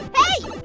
hey.